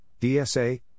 DSA